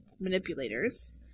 manipulators